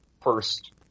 first